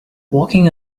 walking